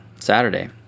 saturday